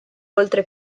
oltre